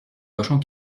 cochons